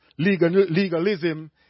legalism